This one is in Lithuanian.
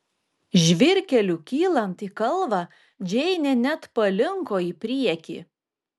žvyrkeliu kylant į kalvą džeinė net palinko į priekį